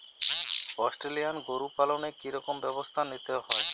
Australian গরু পালনে কি রকম ব্যবস্থা নিতে হয়?